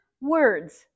words